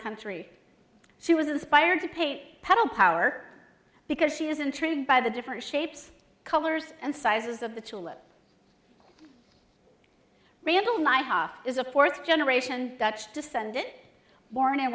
country she was inspired to pay pedal power because she is intrigued by the different shapes colors and sizes of the chill of randall my half is a fourth generation dutch descended born in